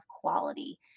quality